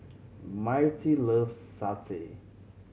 Myrtie loves satay